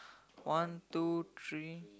one two three